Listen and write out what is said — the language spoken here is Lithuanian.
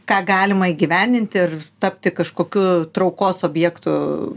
ką galima įgyvendint ir tapti kažkokiu traukos objektu